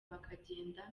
bakagenda